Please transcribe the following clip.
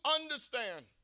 understand